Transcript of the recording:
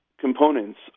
Components